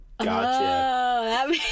gotcha